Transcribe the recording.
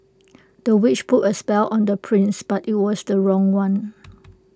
the witch put A spell on the prince but IT was the wrong one